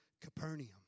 Capernaum